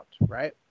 right